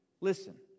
Listen